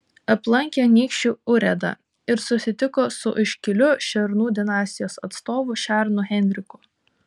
aplankė anykščių urėdą ir susitiko su iškiliu šernų dinastijos atstovu šernu henriku